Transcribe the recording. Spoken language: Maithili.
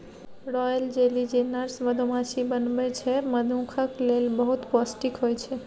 रॉयल जैली जे नर्स मधुमाछी बनबै छै मनुखक लेल बहुत पौष्टिक होइ छै